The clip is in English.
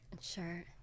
Sure